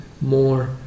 more